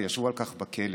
וישבו על כך בכלא,